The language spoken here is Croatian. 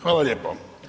Hvala lijepo.